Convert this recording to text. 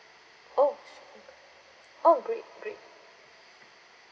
oh oh great great